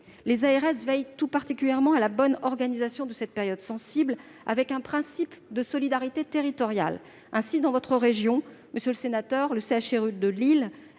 Les ARS veillent tout particulièrement à la bonne organisation de cette période sensible selon un principe de solidarité territoriale. Ainsi, dans votre région, monsieur le sénateur, le centre